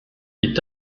est